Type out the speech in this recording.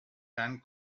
tant